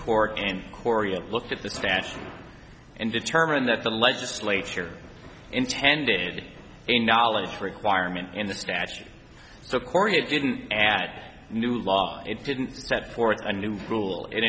court and korea looked at the statute and determined that the legislature intended a knowledge requirement in the statute so korea didn't add new law it didn't set forth a new rule and